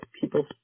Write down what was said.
people